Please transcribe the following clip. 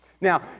Now